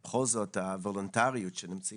עם הוולונטריות שנמצאת